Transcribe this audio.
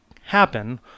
happen